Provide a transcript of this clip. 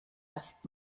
erst